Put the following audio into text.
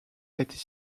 était